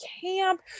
camp